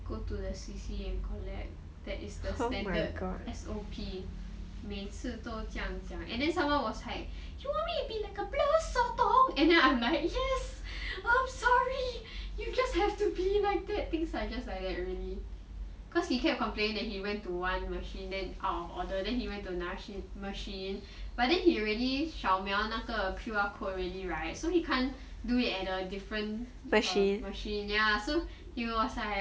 go to the C_C and collect that is the standard S_O_P 每次都这样讲 and then someone was like you want me to be like a blur sotong and then I'm like yes I'm sorry you just have to be like that things are just like that already cause he kept complaining that he went to one machine then out of order then he went to another machine but then he already 扫描那个 Q_R code already right so he can't do it at the different machine machine ya so he was like